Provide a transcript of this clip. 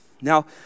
Now